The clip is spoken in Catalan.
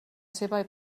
seva